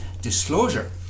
disclosure